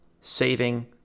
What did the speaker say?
saving